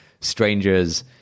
strangers